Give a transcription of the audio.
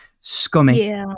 Scummy